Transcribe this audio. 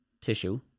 tissue